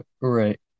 right